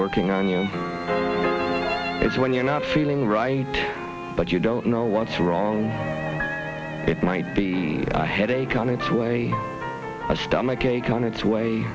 working on you it's when you're not feeling right but you don't know what's wrong it might be a headache on its way a stomach ache on its way